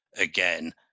again